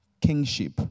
kingship